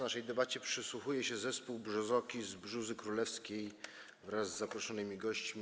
Naszej debacie przysłuchuje się zespół Brzozoki z Brzózy Królewskiej wraz z zaproszonymi gośćmi.